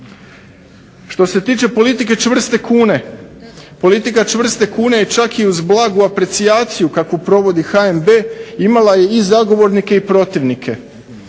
Što se tiče politike čvrste kune, politika čvrste kune je čak i uz blagu aprecijaciju kakvu provodi HNB imala i zagovornike i protivnike.